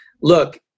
look